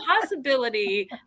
possibility